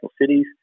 cities